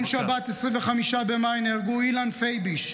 ביום שבת 25 במאי נהרגו אילן פייביש,